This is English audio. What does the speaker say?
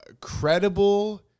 credible